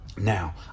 Now